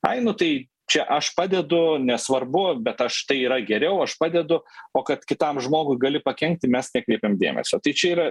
ai nu tai čia aš padedu nesvarbu bet aš tai yra geriau aš padedu o kad kitam žmogui gali pakenkti mes nekreipiam dėmesio tai čia yra